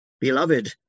beloved